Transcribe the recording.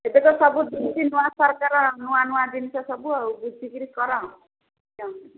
ଏବେତ ସବୁ ବୁଝୁଛି ନୂଆ ସରକାର ନୂଆ ନୂଆ ଜିନିଷ ସବୁ ଆଉ ବୁଝିକିରି କର ହଁ